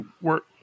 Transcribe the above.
work